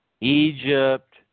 Egypt